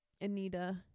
Anita